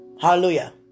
Hallelujah